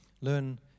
Learn